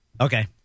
Okay